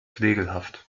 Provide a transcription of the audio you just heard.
flegelhaft